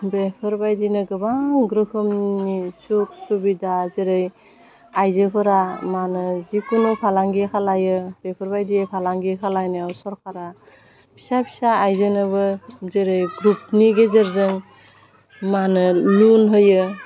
बेफोरबायदिनो गोबां रोखोमनि सुख सुबिदा जेरै आइजोफोरा मा होनो जिखुनु फालांगि खालायो बेफोरबायदि फालांगि खालायनायाव सरकारा फिसा फिसा आइजोनोबो जेरै ग्रुपनि गेजेरजों मा होनो लुन होयो